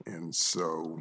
and so